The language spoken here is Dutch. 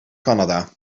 canada